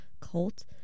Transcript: cult